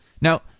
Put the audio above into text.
Now